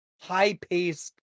high-paced